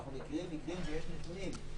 אנחנו מכירים מקרים ויש נתונים.